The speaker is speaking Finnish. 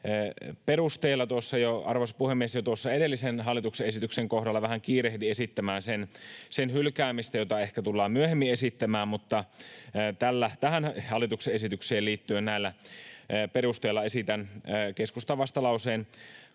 puhemies! Tuossa jo edellisen hallituksen esityksen kohdalla vähän kiirehdin esittämään sen hylkäämistä, jota ehkä tullaan myöhemmin esittämään, mutta tähän hallituksen esitykseen liittyen näillä edellä kuvaamillani perusteilla esitän keskustan vastalauseen